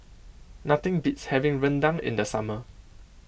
nothing beats having Rendang in the summer